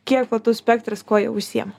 kiek platus spektras kuo jie užsiima